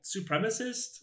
supremacist